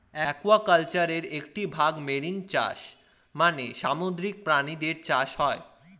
অ্যাকুয়াকালচারের একটি ভাগ মেরিন চাষ মানে সামুদ্রিক প্রাণীদের চাষ করা